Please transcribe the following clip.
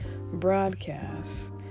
broadcast